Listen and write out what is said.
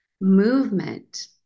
movement